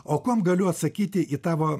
o kuom galiu atsakyti į tavo